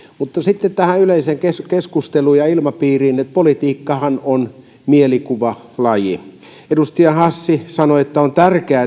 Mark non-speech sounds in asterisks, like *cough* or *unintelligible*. mutta sitten tähän yleiseen keskusteluun ja ilmapiiriin politiikkahan on mielikuvalaji edustaja hassi sanoi että on tärkeää *unintelligible*